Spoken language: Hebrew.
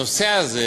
הנושא הזה